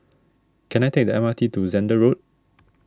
can I take the M R T to Zehnder Road